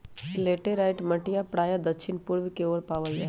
laterite मटिया प्रायः दक्षिण पूर्व के ओर पावल जाहई